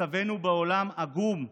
מצבנו בעולם עגום.